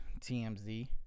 TMZ